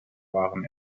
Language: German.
waren